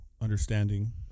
understanding